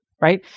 right